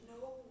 no